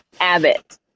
Abbott